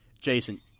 Jason